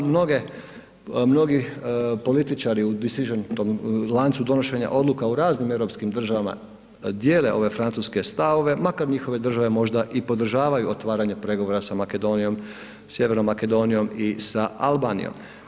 Mnogi političari u … u tom lancu donošenja odluka u ranim europskim državama dijele ove francuske stavove, makar njihove države možda i podržavaju otvaranje pregovora sa Sjevernom Makedonijom i sa Albanijom.